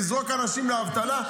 לזרוק אנשים לאבטלה?